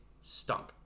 stunk